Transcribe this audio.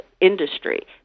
industry